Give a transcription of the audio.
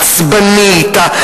העצבנית,